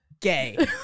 gay